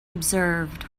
observed